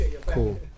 Cool